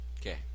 Okay